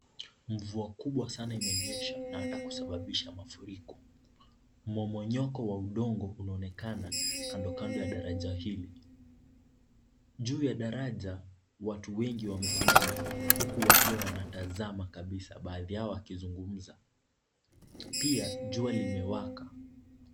Mvua kubwa sana imenyesha na hata kusababisha mafuriko. Mmomonyoko wa udongo unaonekana kando kando ya daraja hili. Juu ya daraja watu wengi wamesimama huku wakiwa wanatazama kabisa baadhi yao wakizungumza. Pia jua limewaka.